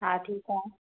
हा ठीकु आहे